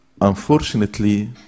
unfortunately